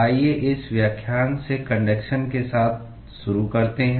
आइए इस व्याख्यान से कन्डक्शन के साथ शुरू करते हैं